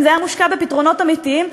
אם היה מושקע בפתרונות אמיתיים,